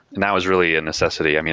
now is really a necessity.